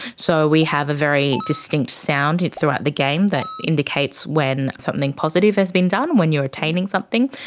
so we have a very distinct sound throughout the game that indicates when something positive has been done when you are attaining something,